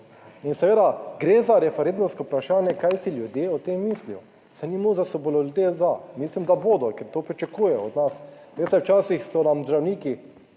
In seveda gre za referendumsko vprašanje, kaj si ljudje o tem mislijo, saj ni nujno, da bodo ljudje za, mislim, da bodo, ker to pričakuje od nas. Veste, včasih so nam zdravniki